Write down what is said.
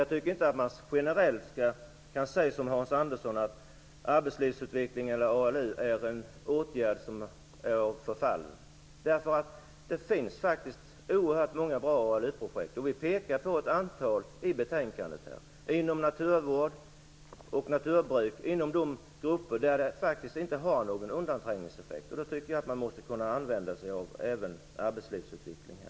Jag tycker inte att man generellt skall säga som Hans Andersson, dvs. att arbetslivsutveckling och ALU är en åtgärd i förfall. Det finns faktiskt oerhört många bra ALU-projekt. Vi pekar på ett antal i betänkandet - inom naturvård och naturbruk, inom grupper där det inte blir någon undanträngningseffekt. Man måste även kunna använda sig av arbetslivsutveckling.